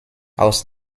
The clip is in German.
aus